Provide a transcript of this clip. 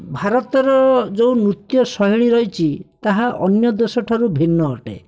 ଭାରତର ଯେଉଁ ନୃତ୍ୟଶୈଳୀ ରହିଛି ତାହା ଅନ୍ୟ ଦେଶଠାରୁ ଭିନ୍ନ ଅଟେ